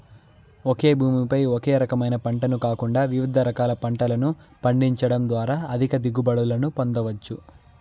ఒకే భూమి పై ఒకే రకమైన పంటను కాకుండా వివిధ రకాల పంటలను పండించడం ద్వారా అధిక దిగుబడులను పొందవచ్చు